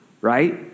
right